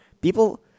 People